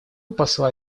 посла